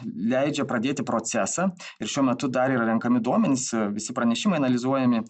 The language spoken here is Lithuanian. leidžia pradėti procesą ir šiuo metu dar yra renkami duomenys visi pranešimai analizuojami